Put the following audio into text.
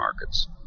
markets